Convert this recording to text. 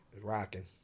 rocking